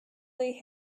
they